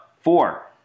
four